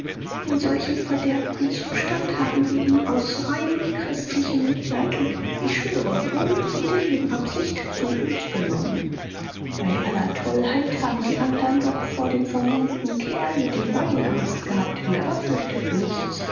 in solchem verderbten zustand haben wir ihn aus reinem christlichem mitleid und ich schwöre ohne jede nebenabsicht zu uns genommen bei aller tollheit haben die andern doch vor dem vermummten kerl mit dem beil angst gehabt wir aber fürchteten nichts